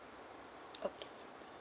okay